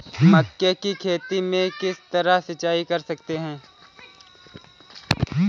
मक्के की खेती में किस तरह सिंचाई कर सकते हैं?